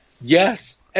Yes